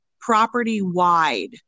property-wide